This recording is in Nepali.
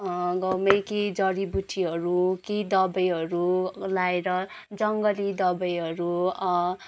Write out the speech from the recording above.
गाउँमै केही जडीबुटीहरू केही दबाईहरू लाएर जङ्गली दबाईहरू